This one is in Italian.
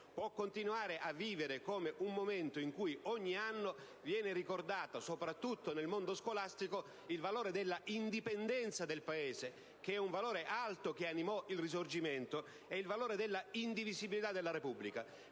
può continuare a vivere come un momento in cui ogni anno viene ricordato, soprattutto nel mondo scolastico, il valore della indipendenza del Paese - un valore alto, che animò il Risorgimento - e il valore della indivisibilità della Repubblica.